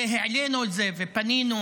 העלינו את זה ופנינו